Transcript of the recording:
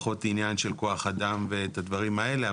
פחות עניין של כוח אדם ואת הדברים האלה.